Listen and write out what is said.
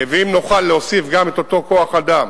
ואם נוכל להוסיף גם את אותו כוח-אדם